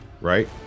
Right